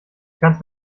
kannst